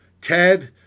Ted